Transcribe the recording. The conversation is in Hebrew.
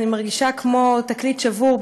אני מרגישה כמו תקליט שבור,